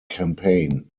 campaign